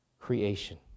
creation